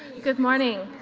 good morning,